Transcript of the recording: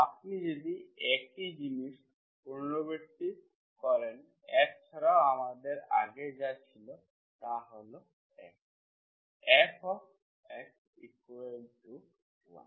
আপনি যদি একই জিনিস পুনরাবৃত্তি করেন f ছাড়া আমাদের আগে যা ছিল তা হল 1 f of x equal to 1